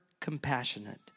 compassionate